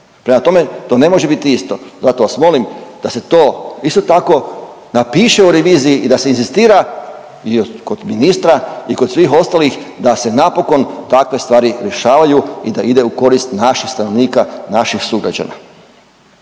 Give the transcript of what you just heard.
Prema tome, to ne može biti isto. Zato vas molim da se to isto tako napiše u reviziji i da se inzistira i kod ministra i kod svih ostalih da se napokon takve stvari rješavaju i da ide u korist naših stanovnika, naših sugrađana.